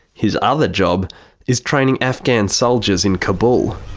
his other job is training afghan soldiers in kabul.